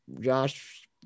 Josh